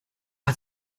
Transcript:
hat